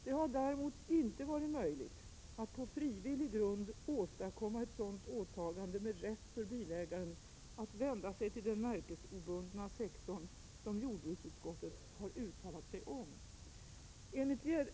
Det har däremot inte varit möjligt att på frivillig grund åstadkomma ett sådant åtagande med rätt för bilägaren att vända sig till den märkesobundna sektorn som jordbruksutskottet har uttalat sig om.